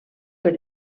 per